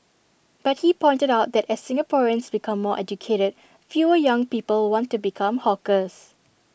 but he pointed out that as Singaporeans become more educated fewer young people want to become hawkers